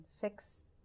fix